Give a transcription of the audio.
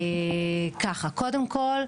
קודם כל,